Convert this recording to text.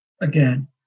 again